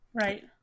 Right